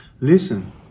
Listen